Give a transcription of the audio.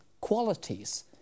qualities